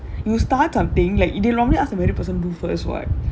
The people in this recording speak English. you start something like they will normally ask the married person do first [what]